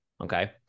Okay